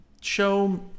show